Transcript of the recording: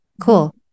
Cool